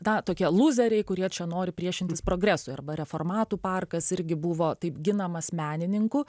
da tokie luzeriai kurie čia nori priešintis progresui arba reformatų parkas irgi buvo taip ginamas menininkų